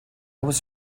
was